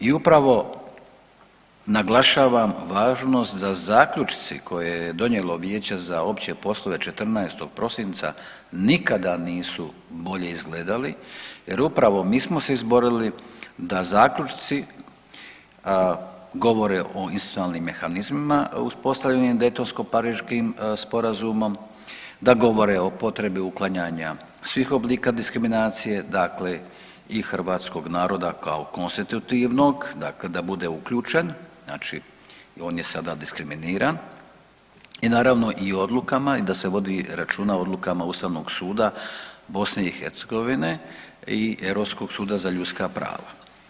I upravo naglašavam važnost da zaključci koje je donijelo Vijeće za opće poslove 14. prosinca nikada nisu bolje izgledali jer upravo mi smo se izborili da zaključci govore o institucionalnim mehanizmima uspostavljenim Dejtonsko-pariškim sporazumom, da govore o potrebi uklanjanja svih oblika diskriminacije, dakle i hrvatskog naroda kao konstitutivnog, dakle da bude uključen, znači on je sada diskriminiran i naravno i odlukama i da se vodi računa o odlukama Ustavnog suda BiH i Europskog suda za ljudska prava.